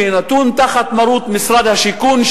שנתון תחת מרות משרד השיכון,